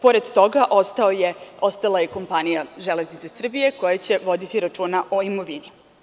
Pored toga, ostala je kompanija „Železnica Srbije“, koja će voditi računa o imovini.